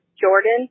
Jordan